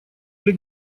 или